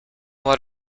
what